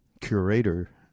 curator